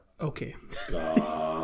Okay